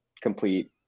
complete